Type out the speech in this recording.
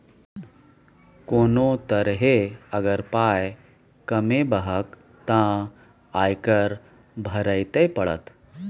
कोनो तरहे अगर पाय कमेबहक तँ आयकर भरइये पड़त